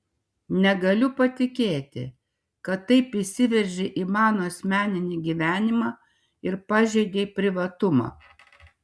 negaliu patikėti kad taip įsiveržei į mano asmeninį gyvenimą ir pažeidei privatumą